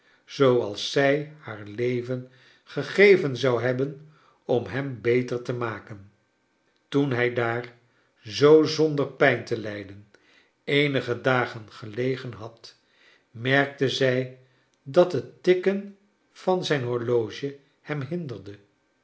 zooals zij haar leven gegeven zou hebben om hem beter te maken toen hij daar zoo zonder prjn te lij den eenige dagen gelegen had merkte zij dat het tikken van zijn horloge hem hinderde